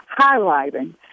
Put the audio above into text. highlighting